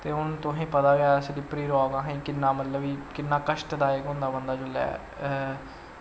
ते हून तुसें पता गै स्लिपरी रॉक किन्ना असें मतलव कि किन्ना कष्टदायक होंदा बंदा जिसलै